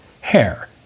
Hair